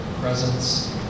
presence